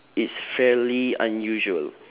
is fairly unusual